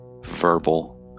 verbal